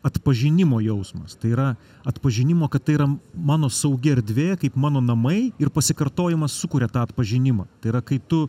atpažinimo jausmas tai yra atpažinimo kad tai yra mano saugi erdvė kaip mano namai ir pasikartojimas sukuria tą atpažinimą tai yra kai tu